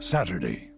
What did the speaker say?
Saturday